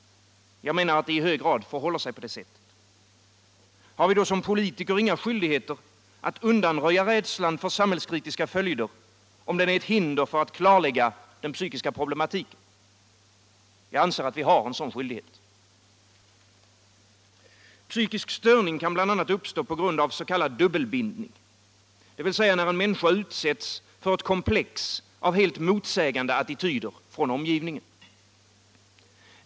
Jag menar att det i hög grad förhåller sig på det sättet. Har vi då som politiker inga skyldigheter att undanröja rädslan för samhällskritiska följder, om den är ett hinder för att klarlägga den psykiska problematiken? Jag anser att vi har en sådan skyldighet. Psykisk störning kan bl.a. uppstå på grund av s.k. dubbelbindning, dvs. när en människa utsätts för ett komplex av helt motsägande attityder från omgivningen.